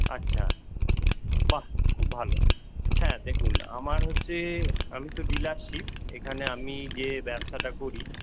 আচ্ছা বাহ খুব ভালো হ্যাঁ দেখুন আমার হচ্ছে আমি তো ডিলারশিপ এখানে আমি যে ব্যবসাটা করি